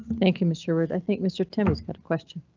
thank you ms sherwood i think mr. temby's got a question?